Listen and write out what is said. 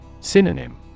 Synonym